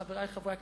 חברי חברי הכנסת,